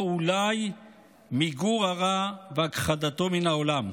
או אולי מיגור הרע והכחדתו מן העולם?